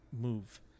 move